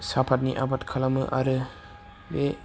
साफाटनि आबाद खालामो आरो बे